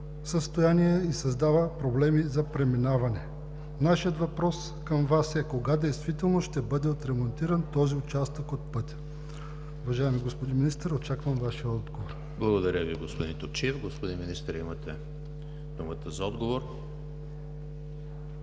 състояние и създава проблеми за преминаване. Нашият въпрос към Вас е: кога действително ще бъде отремонтиран този участък от пътя. Уважаеми господин Министър, очаквам Вашия отговор. ПРЕДСЕДАТЕЛ ЕМИЛ ХРИСТОВ: Благодаря Ви, господин Топчиев. Господин Министър, имате думата за отговор.